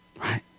Right